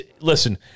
listen